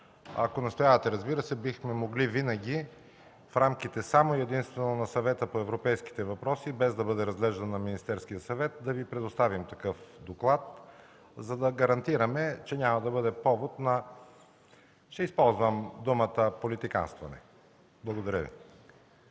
Ако настоявате, разбира се, бихме могли винаги в рамките само и единствено на Съвета по европейските въпроси, без да бъде разглеждан от Министерския съвет, да Ви предоставим такъв доклад, за да гарантираме, че няма да бъде повод на – ще използвам думата „политиканстване”. Благодаря Ви.